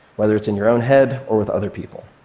whether it's in your own head or with other people.